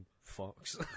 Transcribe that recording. Fox